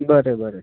बरे बरे